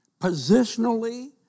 Positionally